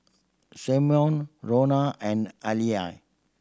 Simona Ronna and Halie